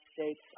States